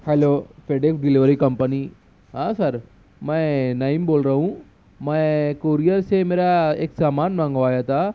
hello پیڈیو delivery company ہاں sir میں نعیم بول رہا ہوں میں کوریئر سے میرا ایک سامان منگوایا تھا